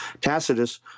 Tacitus